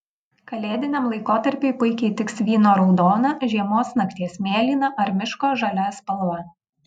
kalėdiniam laikotarpiui puikiai tiks vyno raudona žiemos nakties mėlyna ar miško žalia spalva